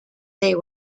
they